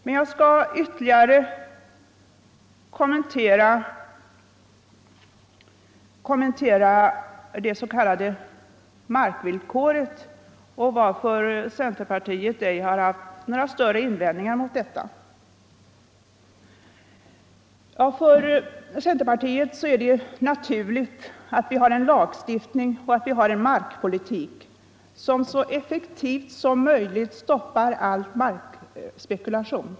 Men jag skall ytterligare kommentera det s.k. markvillkoret och orsaken till att centerpartiet ej har haft några större invändningar mot detta. För centerpartiet är det naturligt att vi har en lagstiftning och att vi har en markpolitik som så effektivt som möjligt stoppar all markspekulation.